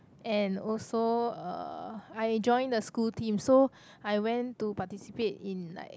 and also uh I join the school team so I went to participate in like